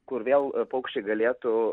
kur vėl paukščiai galėtų